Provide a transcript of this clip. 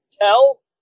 tell